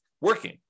working